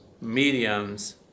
mediums